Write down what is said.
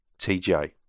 TJ